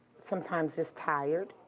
sometimes just tired.